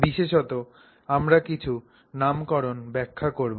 বিশেষত আমরা কিছু নামকরণ ব্যাখ্যা করব